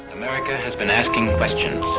america has been asking questions.